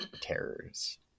terrors